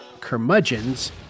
Curmudgeons